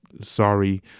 sorry